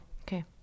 Okay